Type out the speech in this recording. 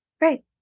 Right